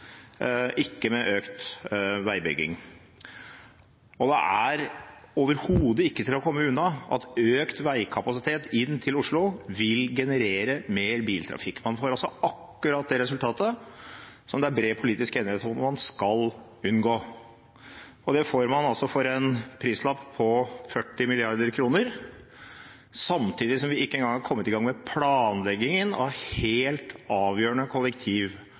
ikke med økt veibygging. Det er overhodet ikke til å komme unna at økt veikapasitet inn til Oslo vil generere mer biltrafikk. Man får altså akkurat det resultatet som det er bred politisk enighet om at man skal unngå. Det får man for en prislapp på 40 mrd. kr, samtidig som vi ikke engang er kommet i gang med planleggingen av helt avgjørende